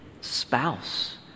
spouse